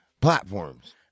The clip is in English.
platforms